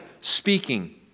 speaking